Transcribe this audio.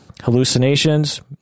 hallucinations